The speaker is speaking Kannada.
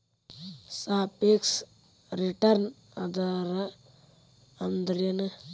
ಸಾಪೇಕ್ಷ ರಿಟರ್ನ್ ದರ ಅಂದ್ರೆನ್